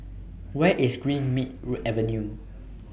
Where IS Greenmead Avenue